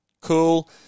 cool